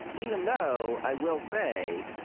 even though, i will say,